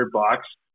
bucks